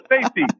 safety